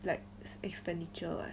like ex~ expenditure